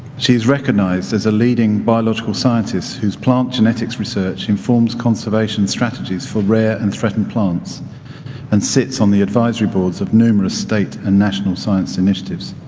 she's recognized as a leading biological scientist whose plant genetics research informs conservation strategies for rare and threatened plants and sits on the advisory boards of numerous state and national science initiatives.